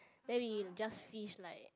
then he'll just fish like